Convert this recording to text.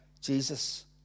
Jesus